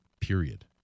period